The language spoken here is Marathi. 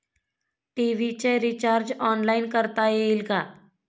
टी.व्ही चे रिर्चाज ऑनलाइन करता येईल का?